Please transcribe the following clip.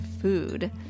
food